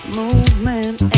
movement